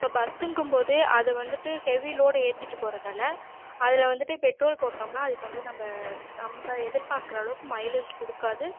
இப்போ பஸ்ஸுங்கும் போது அது வந்துட்டு ஹெவி லோடு ஏற்றிட்டு போகிறதால அதில் வந்துட்டு பெட்ரோல் போட்டோம்னா அதுக்கு வந்து நம்ம நம்ம எதிர்பாக்கிற அளவுக்கு மைலேஜ் கொடுக்காது